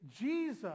Jesus